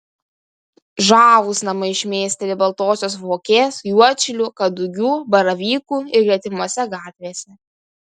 žavūs namai šmėsteli baltosios vokės juodšilių kadugių baravykų ir gretimose gatvėse